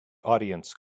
audience